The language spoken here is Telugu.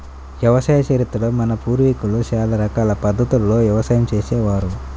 వ్యవసాయ చరిత్రలో మన పూర్వీకులు చాలా రకాల పద్ధతుల్లో వ్యవసాయం చేసే వారు